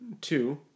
two